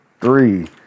three